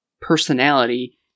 personality